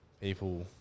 people